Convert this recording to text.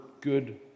good